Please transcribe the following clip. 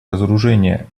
разоружение